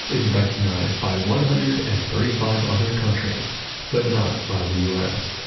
is recognized by one hundred and thirty five other countries but not by the us.